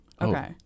Okay